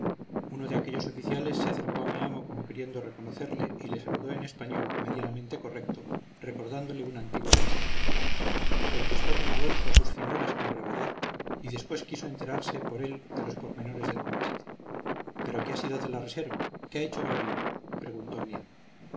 uno de aquellos oficiales se acercó a mi amo como queriendo reconocerle y le saludó en español medianamente correcto recordándole una amistad antigua contestó d alonso a sus finuras con gravedad y después quiso enterarse por él de los pormenores del combate pero qué ha sido de la reserva qué ha hecho gravina preguntó mi amo